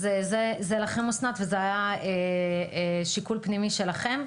אז זה לכם, אסנת, וזה היה שיקול פנימי שלכם.